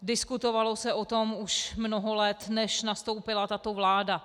Diskutovalo se o tom už mnoho let, než nastoupila tato vláda.